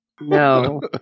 No